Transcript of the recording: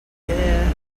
yeah